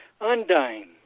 undying